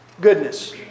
goodness